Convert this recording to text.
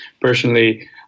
personally